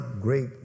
great